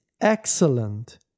excellent